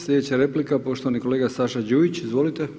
Slijedeća replika poštovani kolega Saša Đujić, izvolite.